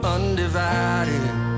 Undivided